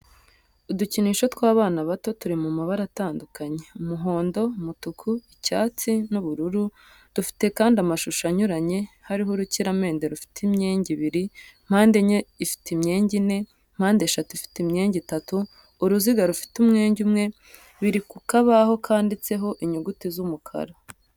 Udukinisho tw'abana bato turi mu mabara atandukanye, umuhondo, umutuku, icyatsi, n'ubururu, dufite kandi amashusho anyuranye, hari urukiramende rufite imyenge ibiri, mpande enye ifite imyenge ine, mpande eshatu ifite imyenge itatu, uruziga rufite umwenge umwe, biri ku kabaho kanditseho inyuguti z'umukara.